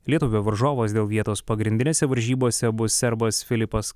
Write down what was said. lietuvio varžovas dėl vietos pagrindinėse varžybose bus serbas filipas